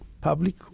public